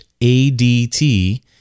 ADT